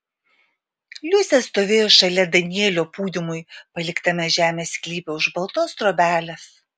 liusė stovėjo šalia danielio pūdymui paliktame žemės sklype už baltos trobelės